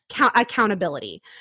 accountability